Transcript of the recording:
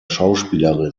schauspielerin